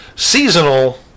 seasonal